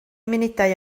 munudau